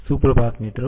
सुप्रभात मित्रों